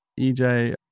EJ